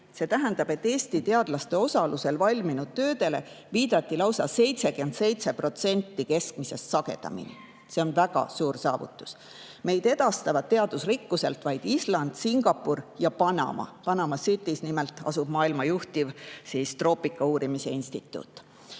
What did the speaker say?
See tähendab, et Eesti teadlaste osalusel valminud töödele viidati lausa 77% keskmisest sagedamini. See on väga suur saavutus. Meid edestavad teadusrikkuselt vaid Island, Singapur ja Panama. Panamas nimelt asub maailma juhtiv troopikauurimise instituut.